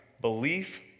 belief